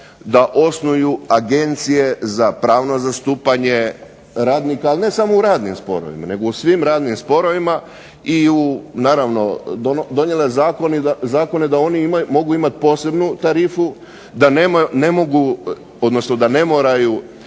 da osnuju agencije za pravno zastupanje radnika, ali ne samo u radnim sporovima nego u svim radnim sporovima i u naravno, donijela je zakone da oni mogu imati posebnu tarifu, da ne mogu,